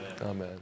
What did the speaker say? Amen